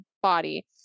body